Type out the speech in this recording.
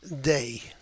day